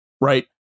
Right